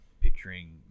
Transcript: picturing